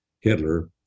Hitler